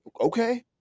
Okay